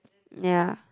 ya